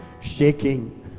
shaking